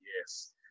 Yes